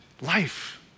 life